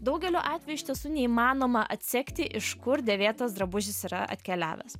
daugeliu atveju iš tiesų neįmanoma atsekti iš kur dėvėtas drabužis yra atkeliavęs